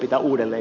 juuri näin